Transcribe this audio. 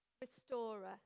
restorer